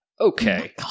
Okay